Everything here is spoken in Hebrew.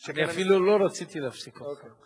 אני אפילו לא רציתי להפסיק אותך,